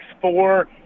four